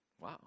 wow